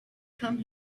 come